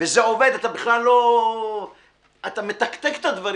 וזה עובד, אתה מתקתק את הדברים.